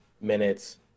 minutes